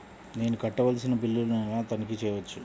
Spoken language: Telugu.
నేను కట్టవలసిన బిల్లులను ఎలా తనిఖీ చెయ్యవచ్చు?